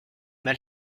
mal